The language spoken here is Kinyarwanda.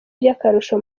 by’akarusho